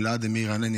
אלהא דרבי מאיר ענני,